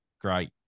great